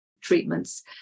treatments